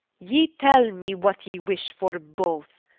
ye tell me what ye wish for both,